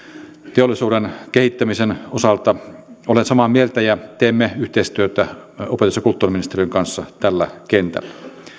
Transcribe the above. teollisuuden kehittämisen osalta olen samaa mieltä ja teemme yhteistyötä opetus ja kulttuuriministeriön kanssa tällä kentällä